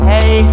Hey